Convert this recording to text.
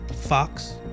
Fox